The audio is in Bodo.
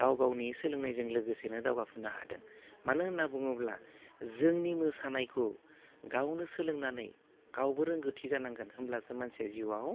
गाव गावनि सोलोंनायजों लोगोसेनो दावगाफुनो हादों मानो होनना बुङोब्ला जोंनि मोसानायखौ गावनो सोलोंनानै गावबो रोंगौथि जानांगोन होमब्लासो मानसिया जिउआव